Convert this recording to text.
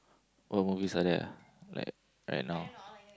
what movies are there like right now